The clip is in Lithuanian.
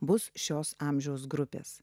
bus šios amžiaus grupės